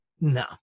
No